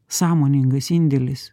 sąmoningas indėlis